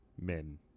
Men